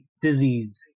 disease